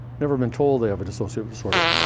never been told they have a dissociative disorder.